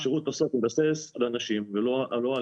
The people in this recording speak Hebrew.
השירות בסוף מתבסס על אנשים ולא על